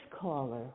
caller